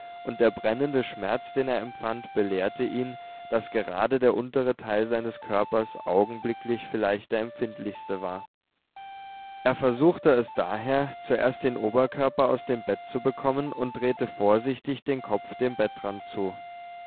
und der brennende schmerz den er empfand belehrte ihn daß gerade der untere teil seines körpers augenblicklich vielleicht der empfindlichste war er versuchte es daher zuerst den oberkörper aus dem bett zu bekommen und drehte vorsichtig den kopf dem bettrand zu